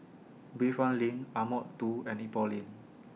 Bayfront LINK Ardmore two and Ipoh Lane